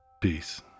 Peace